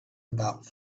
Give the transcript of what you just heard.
about